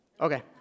Okay